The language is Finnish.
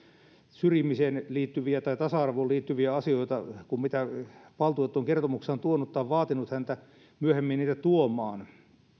syrjimiseen tai tasa arvoon liittyviä asioita kuin ne mitä valtuutettu on kertomuksessaan tuonut esille tai vaatinut häntä myöhemmin niitä tuomaan